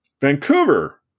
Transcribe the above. Vancouver